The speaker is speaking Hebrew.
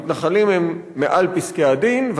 המתנחלים הם מעל פסקי-הדין,